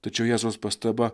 tačiau jėzaus pastaba